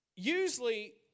Usually